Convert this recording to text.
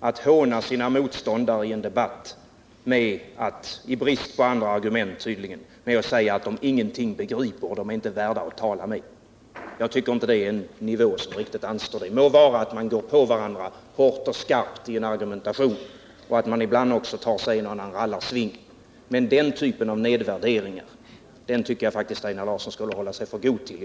att håna sina motståndare i en debatt med att säga — tydligen i brist på andra argument — att de ingenting begriper och inte är värda att tala med. Det är inte en debattnivå som anstår Einar Larsson. Må vara att man går på varandra hårt och skarpt i en argumentation och att man ibland också utdelar en och annan rallarsving, men den typen av nedvärdering tycker jag faktiskt att Einar Larsson skall hålla sig för god till.